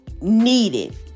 needed